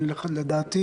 לדעתי